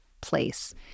place